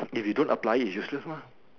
if you don't apply it is useless lah